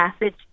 message